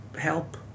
help